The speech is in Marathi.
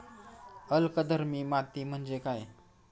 अल्कधर्मी माती म्हणजे काय?